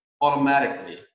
automatically